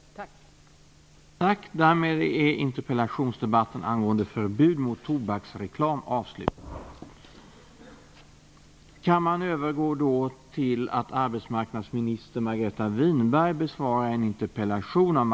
Tack!